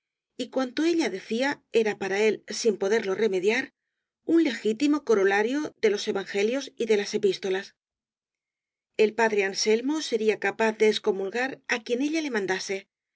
y cuanto ella decía era para él sin poderlo remediar un legítimo corolario de los evangelios y de las epístolas el padre anselmo sería capaz de excomulgar á quien ella le manda